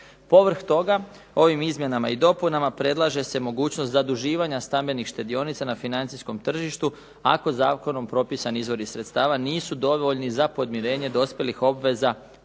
Povrh toga ovim izmjenama i dopunama predlaže se mogućnost zaduživanja stambenih štedionica na financijskom tržištu, ako zakonom propisani izvori sredstava nisu dovoljni za podmirenje dospjelih obveza